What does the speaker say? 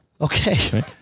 Okay